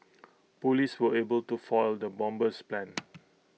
Police were able to foil the bomber's plans